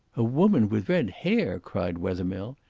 a woman with red hair! cried wethermill.